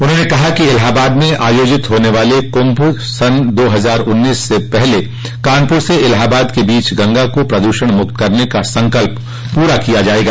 उन्होंने कहा कि इलाहाबाद में आयोजित होने वाले कुंभ दो हजार उन्नीस से पहले कानपुर से इलाहाबाद के बीच गंगा को प्रद्षण मुक्त करने का संकल्प पूरा किया जायेगा